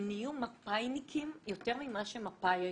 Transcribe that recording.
הם נהיו מפאיניקים יותר ממה שמפאי היו.